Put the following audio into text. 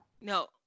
No